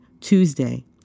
Tuesday